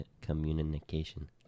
communication